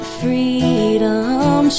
freedom